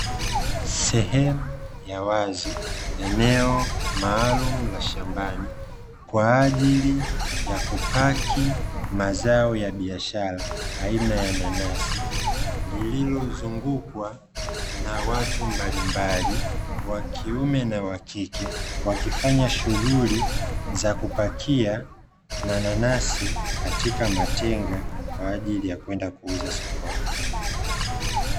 Sehemu ya wazi, eneo maalumu la shambani kwa ajili ya kupaki mazao ya biashara aina ya nanasi, lililozungukwa na watu mbalimbali wa kiume na wa kike, wakifanya shughuli za kupakia mananasi katika matenga kwa ajili ya kwenda kuuza sokoni.